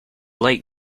like